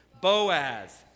Boaz